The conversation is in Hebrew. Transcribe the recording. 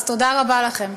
תודה רבה לכם.